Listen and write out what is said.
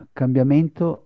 cambiamento